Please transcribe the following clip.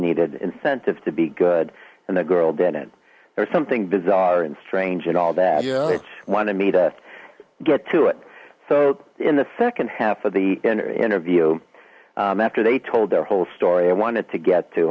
needed incentive to be good and the girl did it or something bizarre and strange and all that you know it's want to me to get to it so in the second half of the interview after they told their whole story i wanted to get to